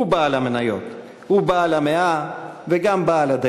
הוא בעל המניות,